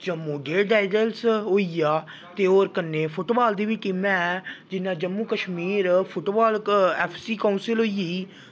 जम्मू डेयर टाईटल्स होई गेआ ते होर कन्नै फुट्ट बाल दी बी टीमां ऐ जि'यां Jammu Kashmir football F C council होई गेई